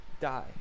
die